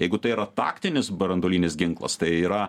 jeigu tai yra taktinis branduolinis ginklas tai yra